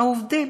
העובדים.